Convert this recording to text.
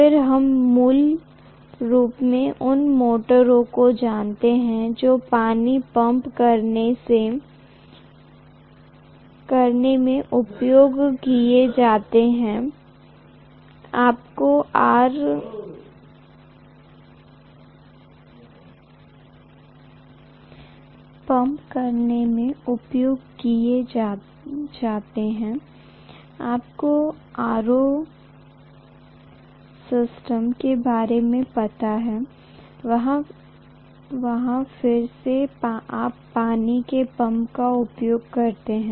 फिर हम मूल रूप से उन मोटरों को जानते हैं जो पानी पंप करने में उपयोग किए जाते हैं आपको आरओ सिस्टम के बारे में पता है वहाँ फिर से आप पानी के पंप का उपयोग करते हैं